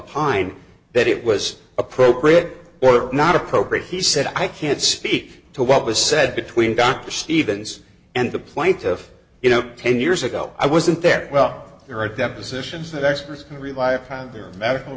pine that it was appropriate or not appropriate he said i can't speak to what was said between dr stephens and the plaintiff you know ten years well i wasn't there well there are depositions that experts can rely upon their medical